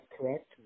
correct